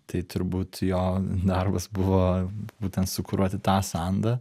tai turbūt jo darbas buvo būtent sukuruoti tą sandą